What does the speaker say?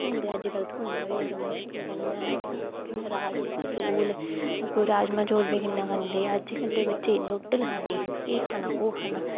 ढोडा अजकल थ्होंदा बड़ा मुश्कल कन्नै ऐ कन्नै राजमां चौल राजमां चौल किन्ने खंदे ते अजकल दे बच्चे नूडल खाने एह खाने एह खाने